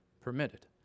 permitted